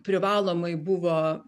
privalomai buvo